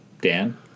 Dan